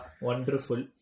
wonderful